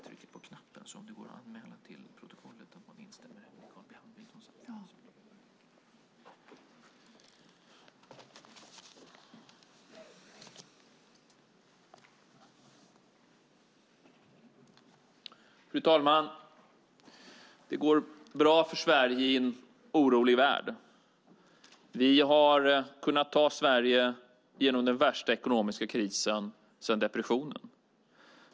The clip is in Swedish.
Fru talman! Det går bra för Sverige i en orolig värld. Vi har kunnat ta Sverige genom den värsta ekonomiska krisen sedan depressionen.